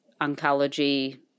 oncology